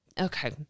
okay